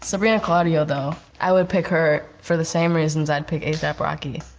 sabrina claudio though, i would pick her for the same reasons i'd pick a ap rocky.